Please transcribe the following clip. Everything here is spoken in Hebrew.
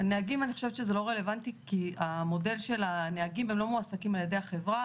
נהגים זה לא רלוונטי כי הנהגים לא מועסקים על-ידי החברה,